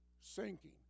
sinking